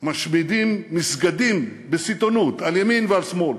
משמידים מסגדים בסיטונות, על ימין ועל שמאל.